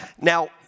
Now